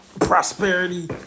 prosperity